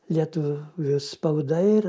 lietuvių spauda ir